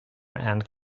and